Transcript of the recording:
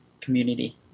community